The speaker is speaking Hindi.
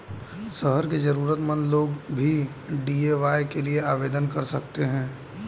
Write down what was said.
शहर के जरूरतमंद लोग भी डी.ए.वाय के लिए आवेदन कर सकते हैं